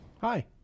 Hi